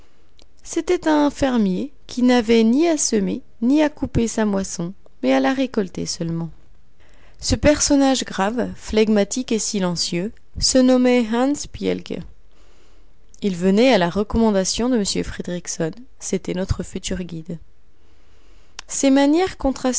c'était un fermier qui n'avait ni à semer ni à couper sa moisson mais à la récolter seulement ce personnage grave flegmatique et silencieux se nommait hans bjelke il venait à la recommandation de m fridriksson c'était notre futur guide ses manières